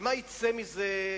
ומה יצא מזה,